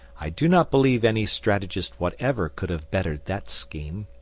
i do not believe any strategist whatever could have bettered that scheme.